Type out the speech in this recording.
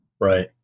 Right